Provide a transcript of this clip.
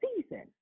season